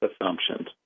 assumptions